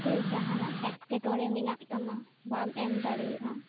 ᱥᱮ ᱡᱟᱦᱟᱸᱱᱟᱜ ᱮᱴᱠᱮᱴᱚᱬᱮ ᱢᱮᱱᱟᱜ ᱛᱟᱢᱟ ᱵᱟᱢ ᱮᱢ ᱫᱟᱲᱮᱭᱟᱜᱼᱟ